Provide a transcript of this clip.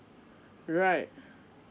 right